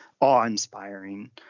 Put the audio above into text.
awe-inspiring